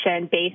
based